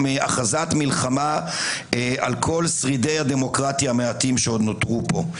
מהכרזת מלחמה על כל שרידי הדמוקרטיה המעטים שעוד נותרו פה.